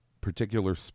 particular